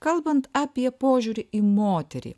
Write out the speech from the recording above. kalbant apie požiūrį į moterį